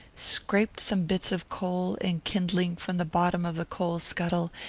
scraped some bits of coal and kindling from the bottom of the coal-scuttle,